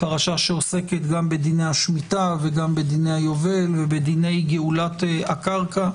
פרשה שעוסקת גם בדיני השמיטה וגם בדיני היובל ובדיני גאולת הקרקע.